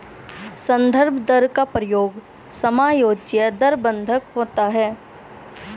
संदर्भ दर का प्रयोग समायोज्य दर बंधक होता है